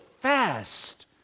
fast